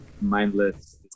mindless